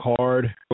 card